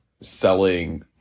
selling